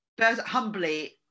humbly